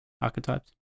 archetypes